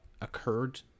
occurred